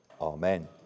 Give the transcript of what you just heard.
Amen